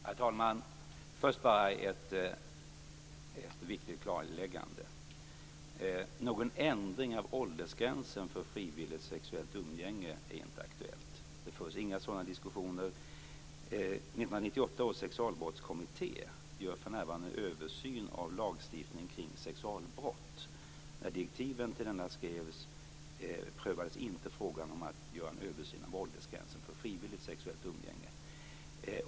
Herr talman! Först vill jag göra ett viktigt klarläggande. Någon ändring av åldersgränsen för frivilligt sexuellt umgänge är inte aktuell. Det förs inga sådana diskussioner. 1998 års sexualbrottskommitté gör för närvarande en översyn av lagstiftningen kring sexualbrott. När direktiven till denna kommitté skrevs prövades inte frågan om att göra en översyn av åldersgränsen för frivilligt sexuellt umgänge.